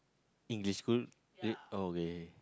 english school wait okay